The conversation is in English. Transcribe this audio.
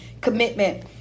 commitment